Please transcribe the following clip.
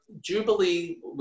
Jubilee